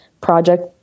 project